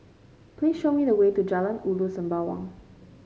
please show me the way to Jalan Ulu Sembawang